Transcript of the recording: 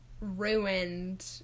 ruined